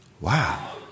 wow